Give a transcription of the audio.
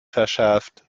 verschärft